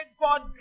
god